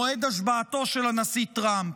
מועד השבעתו של הנשיא טראמפ.